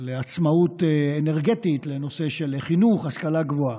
לעצמאות אנרגטית, לנושא של חינוך, השכלה גבוהה.